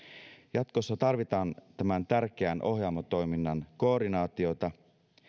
jatkossa tarvitaan tämän tärkeän ohjaamo toiminnan koordinaatiota